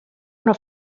una